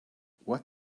what